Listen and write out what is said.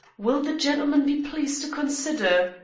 will the gentleman be pleased to consider?